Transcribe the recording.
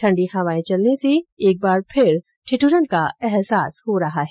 ठंडी हवा चलने से एक बार फिर ठिदुरन का अहसास हो रहा है